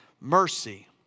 mercy